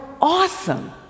awesome